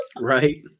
Right